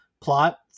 plot